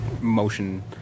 motion